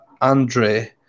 Andre